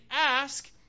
ask